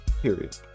period